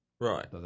Right